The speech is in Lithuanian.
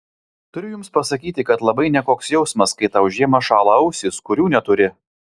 turiu jums pasakyti kad labai nekoks jausmas kai tau žiemą šąla ausys kurių neturi